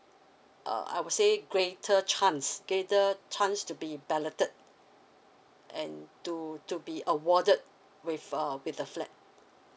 uh I would say greater chance greater chance to be balloted and to to be awarded with uh with a flat